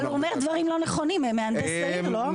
אבל הוא אומר דברים לא נכונים, מהנדס העיר לא?